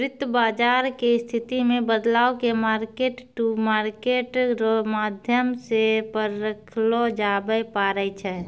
वित्त बाजार के स्थिति मे बदलाव के मार्केट टू मार्केट रो माध्यम से परखलो जाबै पारै छै